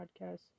podcast